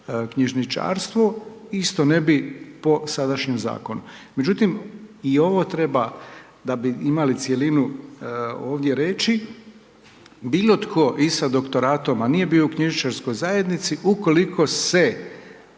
knjižničarstvo isto ne bi po sadašnjem zakonu. Međutim, i ovo treba da bi imali cjelinu ovdje reći, bilo tko i sa doktoratom a nije bio u knjižničarskoj zajednici ukoliko se